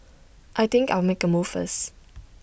I think I'll make A move first